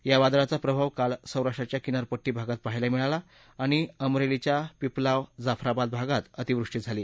या वादळाचा प्रभाव काल सौराष्ट्राच्या किनारपट्टीभागात पाहायला मिळालाआणि अमरेलीच्या पिपलावजाफराबाद भागात अतिवृष्टी झाली